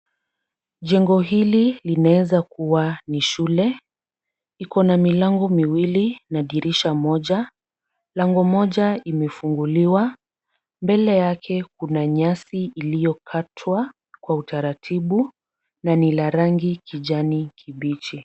Jengo hili linaweza kuwa ni shule. Ikona milango miwili na dirisha moja. Lango moja imefunguliwa. Mbele yake kuna nyasi iliyokatwa kwa utaratibu na ni la rangi kijani kibichi.